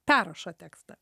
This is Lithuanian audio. perrašo tekstą